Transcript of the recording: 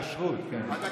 אתה כנראה לא,